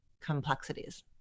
complexities